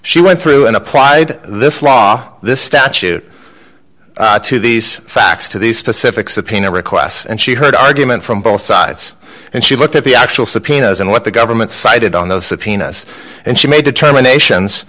she went through and applied this law this statute to these facts to these specific subpoena requests and she heard argument from both sides and she looked at the actual subpoenas and what the government cited on those subpoenas and she made determinations